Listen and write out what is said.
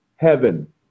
heaven